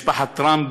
משפחת טראמפ,